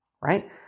right